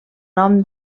nom